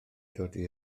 dodi